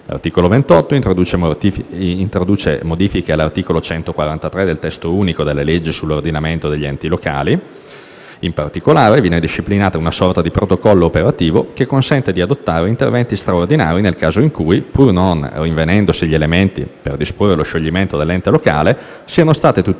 L'articolo 28 introduce modifiche all'articolo 143 del testo unico delle leggi sull'ordinamento degli enti locali, in particolare viene disciplinata una sorta di protocollo operativo che consente di adottare interventi straordinari nel caso in cui, pur non rinvenendosi gli elementi per disporre lo scioglimento dell'ente locale, siano state tuttavia